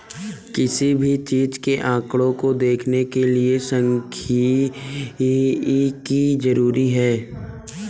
किसी भी चीज के आंकडों को देखने के लिये सांख्यिकी जरूरी हैं